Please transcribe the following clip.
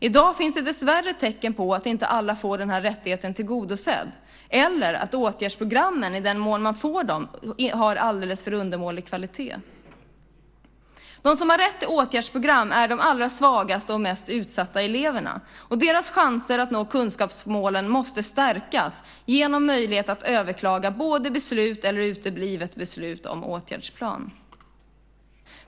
I dag finns det dessvärre tecken på att inte alla får denna rättighet tillgodosedd eller att åtgärdsprogrammen, i den mån man får dem, har alldeles för undermålig kvalitet. De som har rätt till åtgärdsprogram är de allra svagaste och mest utsatta eleverna. Deras chanser att nå kunskapsmålen måste stärkas genom möjlighet att överklaga både beslut och uteblivet beslut om åtgärdsplan.